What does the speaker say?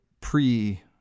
pre